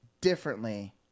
differently